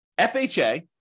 FHA